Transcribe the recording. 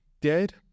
dead